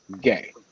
gay